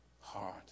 heart